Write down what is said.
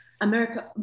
America